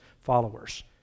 followers